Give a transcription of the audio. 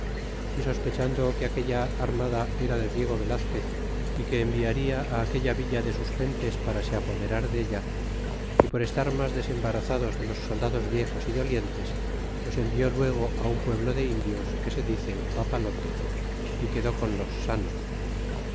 y sospechando que aquella armada era de diego velazquez y que enviaria aquella villa de sus gentes para se apoderar della y por estar mas desembarazados de los soldados viejos y dolientes los envió luego un pueblo de indios que se dice papalote é quedó con los sanos